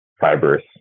fibrous